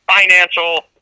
financial